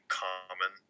common